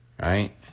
right